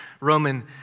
Roman